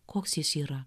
koks jis yra